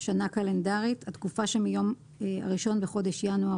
"שנה קלנדרית" התקופה שמיום 1 בחודש ינואר